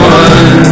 one